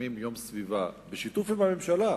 מקיימים יום סביבה בשיתוף עם הממשלה,